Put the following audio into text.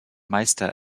meister